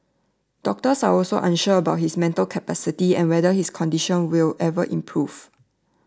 doctors are also unsure about his mental capacity and whether his condition will ever improve